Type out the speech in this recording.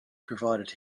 provided